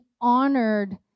honored